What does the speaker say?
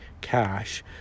cash